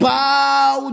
bow